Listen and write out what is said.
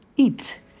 Eat